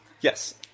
yes